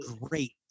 great